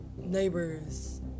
neighbors